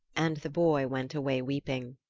and the boy went away weeping.